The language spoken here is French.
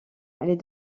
les